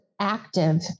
active